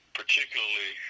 particularly